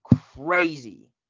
crazy